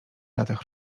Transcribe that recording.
latach